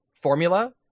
formula